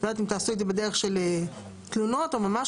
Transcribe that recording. אני לא יודעת אם תעשו את זה במסגרת של תלונות או ממש